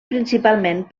principalment